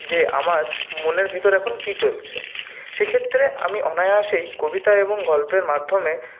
যে আমার মনের ভিতরে এখন কি চলছে সেক্ষেত্রে আমি অনায়াসেই কবিতা এবং গল্পের মাধ্যমে